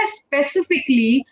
specifically